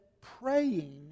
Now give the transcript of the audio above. praying